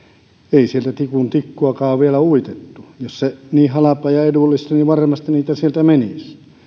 ei sieltä tikun tikkuakaan ole vielä uitettu jos se niin halpaa ja edullista olisi taikka käytännössä toimivaa niin varmasti niitä sieltä menisi